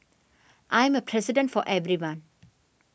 I am a president for everyone